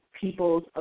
people's